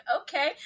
okay